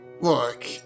Look